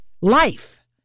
life